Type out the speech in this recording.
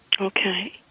Okay